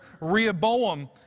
Rehoboam